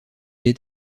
est